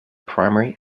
primary